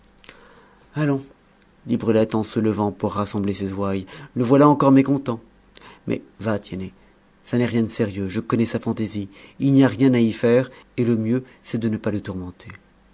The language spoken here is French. allons dit brulette en se levant pour rassembler ses ouailles le voilà encore mécontent mais va tiennet ça n'est rien de sérieux je connais sa fantaisie il n'y a rien à y faire et le mieux c'est de ne pas le tourmenter